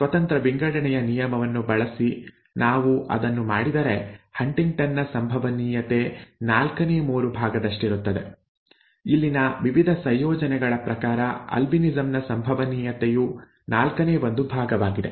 ಸ್ವತಂತ್ರ ವಿಂಗಡಣೆಯ ನಿಯಮನ್ನು ಬಳಸಿ ನಾವು ಅದನ್ನು ಮಾಡಿದರೆ ಹಂಟಿಂಗ್ಟನ್ ನ ಸಂಭವನೀಯತೆ ನಾಲ್ಕನೇ ಮೂರು ಭಾಗದಷ್ಟಿರುತ್ತದೆ ಇಲ್ಲಿನ ವಿವಿಧ ಸಂಯೋಜನೆಗಳ ಪ್ರಕಾರ ಆಲ್ಬಿನಿಸಂ ನ ಸಂಭವನೀಯತೆಯು ನಾಲ್ಕನೇ ಒಂದು ಭಾಗವಾಗಿದೆ